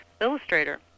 illustrator